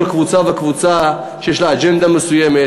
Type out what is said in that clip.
כל קבוצה וקבוצה שיש לה אג'נדה מסוימת